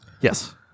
Yes